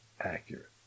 accurate